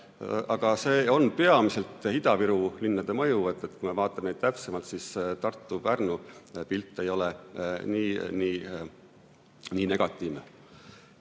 Aga see on peamiselt Ida-Virumaa linnade mõju, sest kui me vaatame neid täpsemalt, siis Tartu ja Pärnu pilt ei ole nii negatiivne.